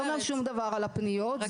על הפניות.